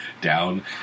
down